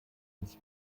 ins